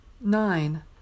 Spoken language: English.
Nine